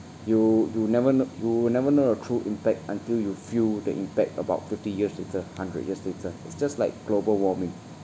you you never kn~ you never know a true impact until you feel the impact about fifty years later hundred years later it's just like global warming